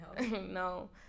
No